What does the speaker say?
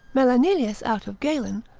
melanelius out of galen,